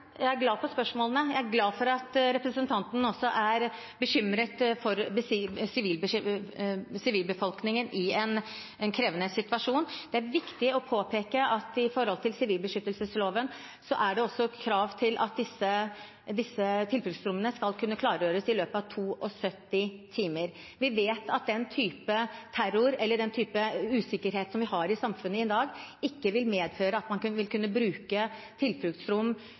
Jeg er glad for spørsmålene. Jeg er glad for at representanten også er bekymret for sivilbefolkningen i en krevende situasjon. Det er viktig å påpeke at det også er et krav at disse tilfluktsrommene skal kunne klargjøres i løpet av 72 timer. Vi vet at ved den type terror, eller den type usikkerhet som vi har i samfunnet i dag, vil ikke